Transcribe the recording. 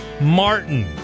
Martin